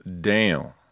down